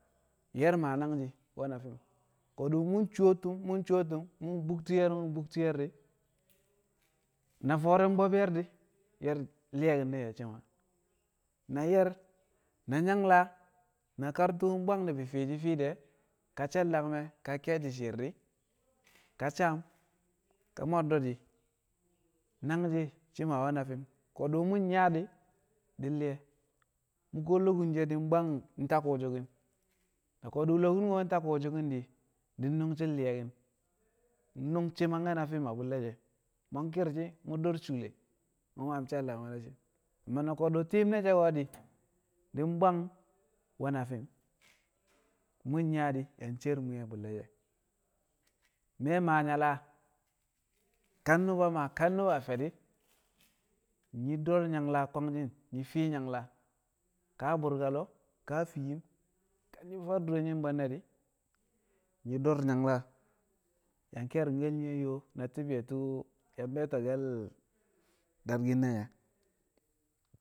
Ye̱r ma nangshi̱ nwe̱ na fi̱m ko̱du̱ mu̱ coo tu̱m mu̱ coo tu̱m bu̱ktu̱ ye̱r buktu ye̱r di̱ na fo̱o̱re̱ bob ye̱r di̱ ye̱r li̱ye̱ki̱n shi̱ ma. Na ye̱r na nyangla na kar tu̱u̱ bwang ni̱bi̱ fi̱ shi̱ fi̱ shi̱ de̱ ka she̱l dangme̱ ka ke̱e̱shi̱ shi̱i̱r di̱ ka saam ka mo̱ddo̱ di̱ nangshi̱ shi̱ ma we̱ na fi̱m. Ko̱du̱ mu̱ nyaa di̱ nli̱ye̱ mu̱ ko̱ lokun she̱ di̱ bwang nta ku̱u̱su̱ki̱n, ko̱du̱ lokun ko̱ nta ku̱u̱su̱ki̱n di̱ nu̱ng shi̱ li̱ye̱ki̱n nnu̱ng shi̱ mangke̱ na fi̱m a bu̱lle̱ she̱ mu̱ yang kir shi̱ do̱r shuule mu̱ maam she̱l dagme̱ amma ko̱du̱ tiim ne̱ she̱ shi̱ bwang we̱ na fi̱m. Na mu̱ nyaa di̱ yang cer mwi̱ye̱ a bu̱lle̱ she̱, mi̱ we̱ maa nyala kam nu̱ba Maa ka nu̱ba fe̱ di̱ nyi̱ do̱r nyangla kwangshi̱n nyi̱ fi̱ nyangka ka a bu̱rka lo̱o̱ ka fii nyim ka faa dure nye̱ bwe̱nne̱ di̱. Nyi̱ do̱r nyangla yang ke̱ri̱ngke̱l nye̱ yoo na ti̱bshe̱ tu̱u̱ yang be̱ẹto̱ke̱l dakki̱n ne̱ nye̱